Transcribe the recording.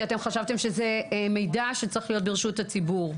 כי אתם חשבתם שזהו מידע שצריך להיות ברשות הציבור.